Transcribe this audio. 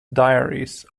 diaries